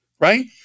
Right